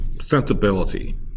sensibility